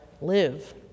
live